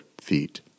feet